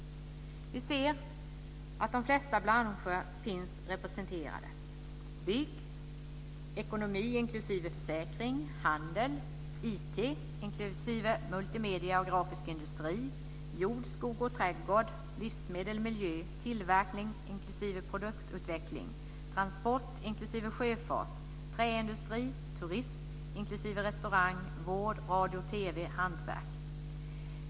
Vi ser att de flesta branscher finns representerade - bygg, ekonomi inklusive försäkring och handel, IT inklusive multimedier och grafisk industri, jord, skog och trädgård, livsmedel, miljö, tillverkning inklusive produktutveckling, transport inklusive sjöfart, träindustri, turism inklusive restaurang, vård, radio och TV och hantverk.